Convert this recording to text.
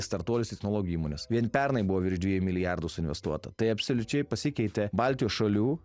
startuolius technologijų įmonės vien pernai buvo virš dviejų milijardų investuota tai absoliučiai pasikeitė baltijos šalių